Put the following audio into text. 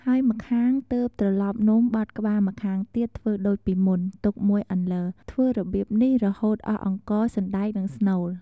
ហើយម្ខាង ទើបត្រឡប់នំបត់ក្បាលម្ខាងទៀតធ្វើដូចពីមុន ទុកមួយអន្លើ ធ្វើរបៀបនេះរហូតអស់អង្ករ សណ្ដែក និងស្នូល។